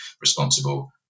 responsible